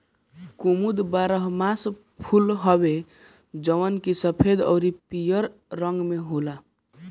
कुमुद बारहमासा फूल हवे जवन की सफ़ेद अउरी पियर रंग के होला